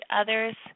others